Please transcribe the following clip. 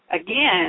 again